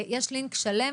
יש לינק שלם,